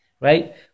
right